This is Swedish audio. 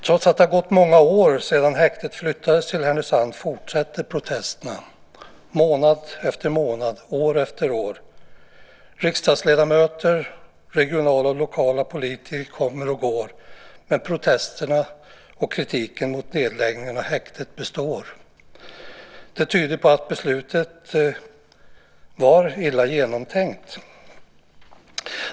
Trots att det har gått många år sedan häktet flyttades till Härnösand fortsätter protesterna månad efter månad, år efter år. Riksdagsledamöter, regionala och lokala politiker kommer och går, men protesterna och kritiken mot nedläggningen av häktet består. Det tyder på att beslutet var illa genomtänkt.